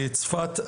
צפת,